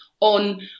on